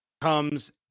comes